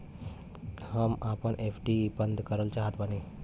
हम आपन एफ.डी बंद करल चाहत बानी